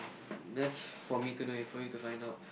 that's for me to know and for you to find out